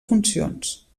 funcions